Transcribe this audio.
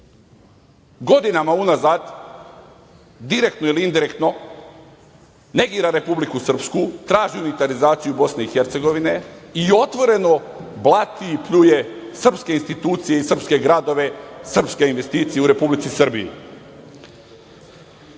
godinama unazad, direktno ili indirektno, negira Republiku Srpsku, traži unitarizaciju Bosne i Hercegovine i otvoreno blati i pljuje srpske institucije i srpske gradove, srpske investicije u Republici Srbiji. Sad